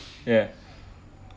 yeah